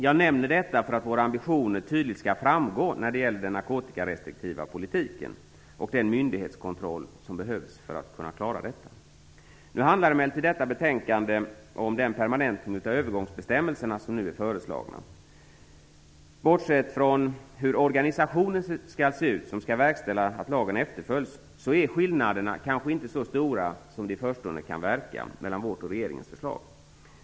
Jag nämner detta för att våra ambitioner tydligt skall framgå när det gäller den narkotikarestriktiva politiken och den myndighetskontroll som behövs för att klara detta. Detta betänkande handlar emellertid om den permanentning av övergångsbestämmelserna som nu är föreslagen. Bortsett från hur den organisation som skall verkställa att lagen efterföljs skall se ut, är skillnaderna mellan Moderaternas och regeringens förslag kanske inte så stora som de i förstone kan verka.